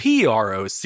PROC